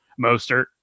Mostert